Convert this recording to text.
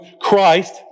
Christ